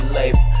life